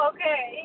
Okay